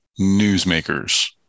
Newsmakers